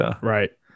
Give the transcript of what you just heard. right